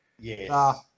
Yes